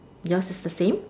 yours is the same